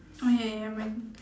oh ya ya ya my turn